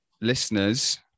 listeners